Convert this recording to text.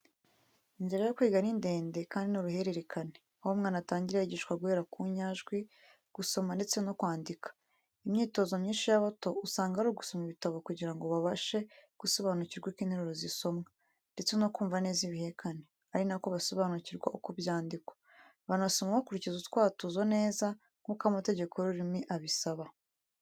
Inzira yo kwiga ni ndende kandi ni uruhererekane, aho umwana atangira yigishwa guhera ku nyajwi, gusoma ndetse no kwandika. Imyitozo myinshi y’abato usanga ari ugusoma ibitabo kugira ngo babashe gusobanukirwa uko interuro zisomwa, ndetse no kumva neza ibihekane, ari na ko basobanukirwa uko byandikwa. Banasoma bakurikiza utwatuzo neza, nk’uko amategeko y’ururimi abisaba.